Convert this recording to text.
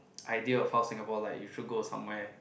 idea of how Singapore like you should go somewhere